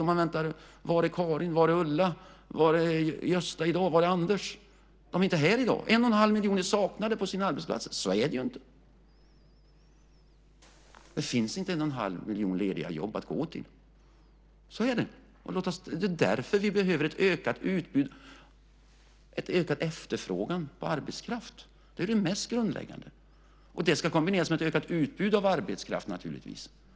Och man undrar: Var är Karin? Var är Ulla? Var är Gösta? Var är Anders? De är inte här i dag. 11⁄2 miljon människor saknas på sina arbetsplatser. Men så är det ju inte. Det finns inte 11⁄2 miljon lediga jobb att gå till. Så är det. Det är därför som det behövs en ökad efterfrågan på arbetskraft. Det är det mest grundläggande, och det ska naturligtvis kombineras med ett ökat utbud av arbetskraft.